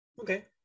Okay